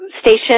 station